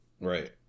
Right